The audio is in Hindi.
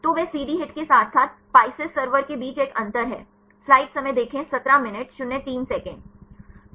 तो वह CD HIT के साथ साथ PISCES सर्वर के बीच एक अंतर है